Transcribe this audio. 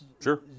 Sure